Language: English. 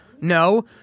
No